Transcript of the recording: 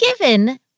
given